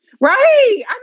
Right